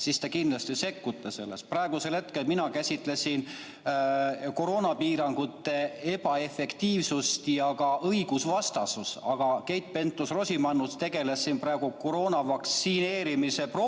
siis te kindlasti sekkute sellesse. Praegusel hetkel mina käsitlesin koroonapiirangute ebaefektiivsust ja ka õigusvastasust, aga Keit Pentus-Rosimannus tegeles siin koroona vastu vaktsineerimise propagandaga